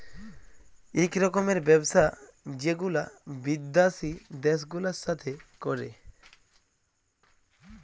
ইক রকমের ব্যবসা যেগুলা বিদ্যাসি দ্যাশ গুলার সাথে ক্যরে